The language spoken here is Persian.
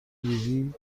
دیدی